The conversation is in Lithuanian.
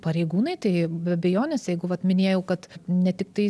pareigūnai tai be abejonės jeigu vat minėjau kad ne tiktai